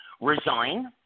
resign